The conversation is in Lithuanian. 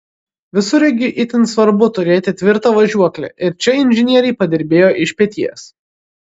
visureigiui itin svarbu turėti tvirtą važiuoklę ir čia inžinieriai padirbėjo iš peties